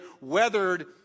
weathered